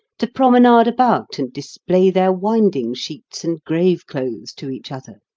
to promenade about and display their winding-sheets and grave-clothes to each other,